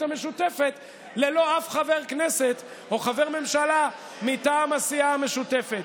המשותפת ללא אף חבר כנסת או חבר ממשלה מטעם הסיעה המשותפת.